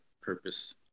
purpose